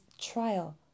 trial